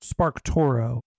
SparkToro